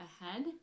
ahead